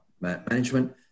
management